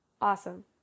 Awesome